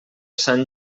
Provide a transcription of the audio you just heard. sant